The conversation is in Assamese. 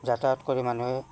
যাতায়াত কৰি মানুহে